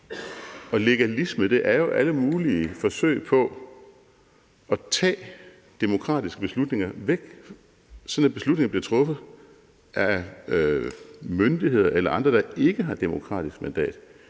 Og legalisme er jo alle mulige forsøg på at tage demokratiske beslutninger væk, sådan at beslutninger bliver truffet af myndigheder eller andre, der ikke har demokratisk mandat.